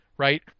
right